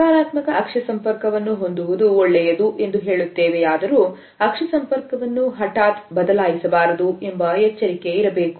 ಸಕಾರಾತ್ಮಕ ಅಕ್ಷಿ ಸಂಪರ್ಕವನ್ನು ಹೊಂದುವುದು ಒಳ್ಳೆಯದು ಎಂದು ಹೇಳುತ್ತೇವೆ ಯಾದರೂ ಅಕ್ಷಿ ಸಂಪರ್ಕವನ್ನು ಹಠಾತ್ ಬದಲಾಯಿಸಬಾರದು ಎಂಬ ಎಚ್ಚರಿಕೆವಹಿಸಬೇಕು